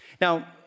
Now